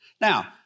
Now